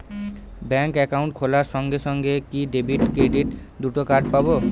Bank account খোলার সঙ্গে সঙ্গে কি ডেবিট ক্রেডিট দুটো কার্ড পাবো?